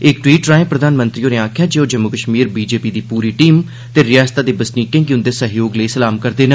इक टवीट् राएं प्रधानमंत्री होरें आखेआ जे ओह जम्मू कश्मीर बीजेपी दी पूरी टीम ते रिआसता दे बसनीके गी उंदे सैहयोग लेई सलाम करदे न